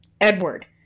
Edward